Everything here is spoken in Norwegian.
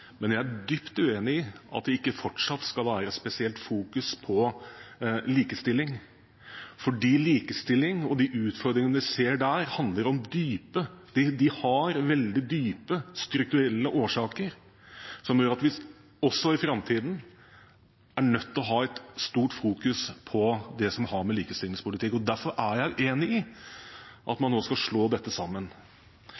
men jeg er dypt uenig i at det ikke fortsatt skal være et spesielt fokus på likestilling, for likestilling og de utfordringene vi ser der, har veldig dype, strukturelle årsaker, som gjør at vi også i framtiden er nødt til å ha et stort fokus på det som har med likestillingspolitikk å gjøre. Derfor er jeg uenig i at